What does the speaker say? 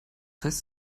heißt